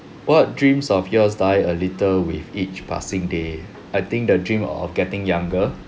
what dreams of yours die a little with each passing day I think the dream of getting younger